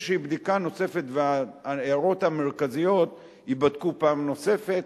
בדיקה נוספת וההערות המרכזיות ייבדקו פעם נוספת,